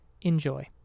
Enjoy